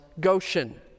Goshen